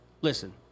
Listen